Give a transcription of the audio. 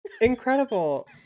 Incredible